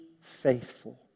faithful